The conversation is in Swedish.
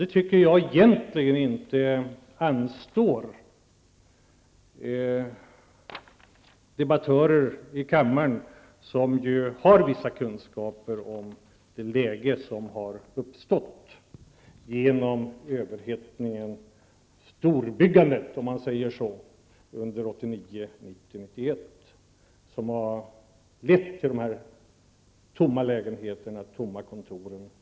Jag tycker egentligen inte att det anstår debattörer i kammaren, som ju har vissa kunskaper om det läge som har uppstått genom överhettningen och ''storbyggandet'' under 1989, 1990 och 1991, som har gett upphov till de tomma lägenheterna och de tomma kontoren.